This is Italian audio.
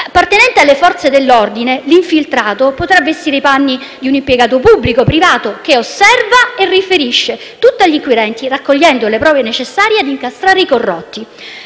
Appartenente alle Forze dell'ordine, l'infiltrato potrà vestire i panni di un impiegato pubblico o privato, che osserva e riferisce tutto agli inquirenti, raccogliendo le prove necessarie ad incastrare i corrotti.